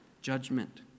judgment